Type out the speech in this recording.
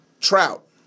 Trout